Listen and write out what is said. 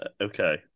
Okay